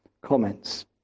comments